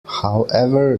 however